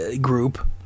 group